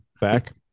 back